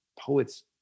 poets